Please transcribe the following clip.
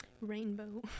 rainbow